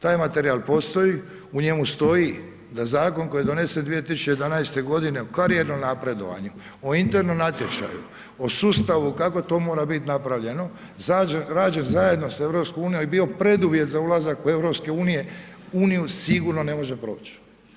Taj materijal postoji, u njemu stoji da zakon koji je donesen 2011.g. o karijernom napredovanju, o internom natječaju, o sustavu kako to mora bit napravljeno, rađen zajedno s EU i bio preduvjet za ulazak u EU, sigurno ne može proć.